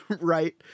right